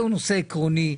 זה נושא עקרוני,